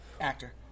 actor